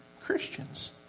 Christians